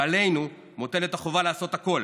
ועלינו מוטלת החובה לעשות הכול